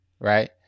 right